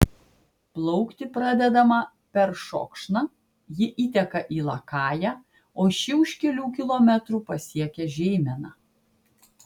plaukti pradedama peršokšna ji įteka į lakają o ši už kelių kilometrų pasiekia žeimeną